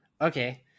Okay